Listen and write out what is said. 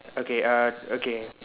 okay uh okay